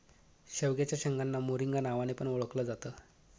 शेवग्याच्या शेंगांना मोरिंगा नावाने पण ओळखल जात